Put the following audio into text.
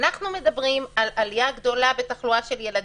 אנחנו מדברים על עלייה גדולה בתחלואה של ילדים.